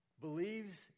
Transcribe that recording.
believes